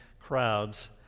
crowd's